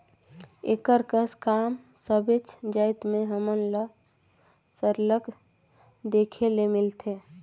एकर कस काम सबेच जाएत में हमन ल सरलग देखे ले मिलथे